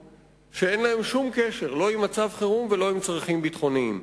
שאין להן שום קשר לא עם מצב חירום ולא עם צרכים ביטחוניים.